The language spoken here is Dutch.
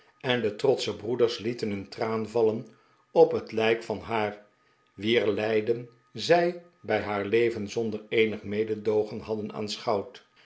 en de trotsche broeders lieten een traan vallen op het lijk van haar wier lijden zij bij haar leven zonder eenig mededoogen hadden